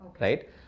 right